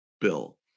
bill